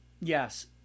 Yes